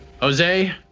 Jose